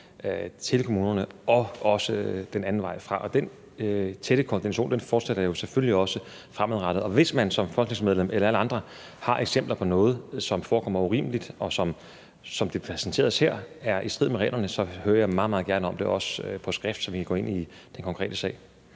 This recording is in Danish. til kommunerne og også den anden vej rundt. Den tætte kommunikation fortsætter jo selvfølgelig også fremadrettet, og hvis man som folketingsmedlem eller en anden har eksempler på noget, som forekommer urimeligt, og som er i strid med reglerne, som det bliver præsenterer her, hører jeg meget, meget gerne om det, også på skrift, så vi kan gå ind i den konkrete sag.